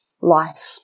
life